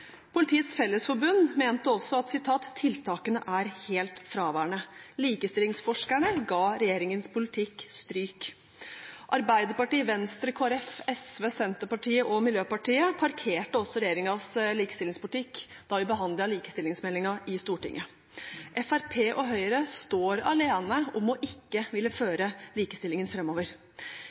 Politiets Fellesforbund mente også at «tiltakene er helt fraværende». Likestillingsforskerne ga regjeringens politikk stryk. Arbeiderpartiet, Venstre, Kristelig Folkeparti, SV, Senterpartiet og Miljøpartiet De Grønne parkerte også regjeringens likestillingspolitikk da vi behandlet likestillingsmeldingen i Stortinget. Fremskrittspartiet og Høyre står alene om ikke å ville føre likestillingen